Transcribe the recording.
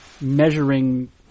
measuring